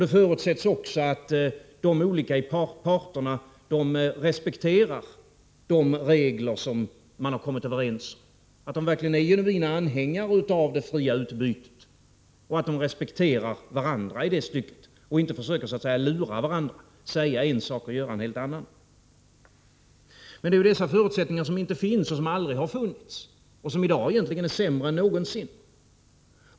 Det förutsätts också att de olika parterna respekterar de regler som man kommit överens om, att man verkligen är genuina anhängare av det fria utbytet och respekterar varandra i det stycket — och inte försöker lura varandra genom att säga en sak och göra något helt annat. Men det är dessa förutsättningar som inte finns och som aldrig funnits, och förutsättningarna är i dag egentligen sämre än någonsin.